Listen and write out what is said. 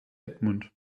edmund